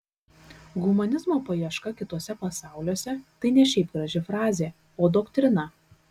humanizmo paieška kituose pasauliuose tai ne šiaip graži frazė o doktrina